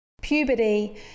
puberty